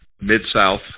Mid-South